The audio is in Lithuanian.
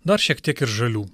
dar šiek tiek ir žalių